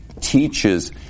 teaches